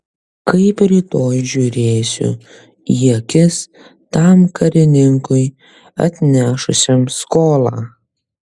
kaip rytoj žiūrėsiu į akis tam karininkui atnešusiam skolą